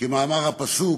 כמאמר הפסוק: